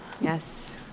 Yes